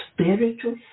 spiritual